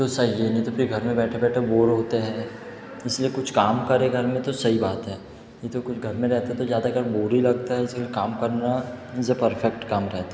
तो सही है नहीं तो फिर घर में बैठे बैठे बोर होते हैं इस लिए कुछ काम करें घर में तो सही बात है नहीं तो कोई घर में रहता तो ज़्यादाकर बोर ही लगता है इसी लिए काम करना इन से परफेक्ट काम रहता है